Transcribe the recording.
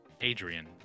Adrian